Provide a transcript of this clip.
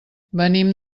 venim